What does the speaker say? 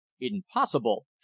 Impossible